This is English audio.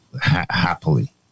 happily